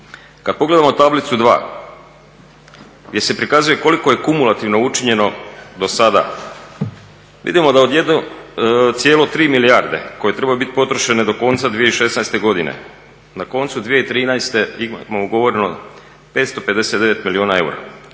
Kad pogledamo tablicu 2. gdje se prikazuje koliko je kumulativno učinjeno dosada vidimo da od 1,3 milijarde koje trebaju biti potrošene do konca 2016. godine, na koncu 2013. imamo ugovoreno 559 milijuna eura,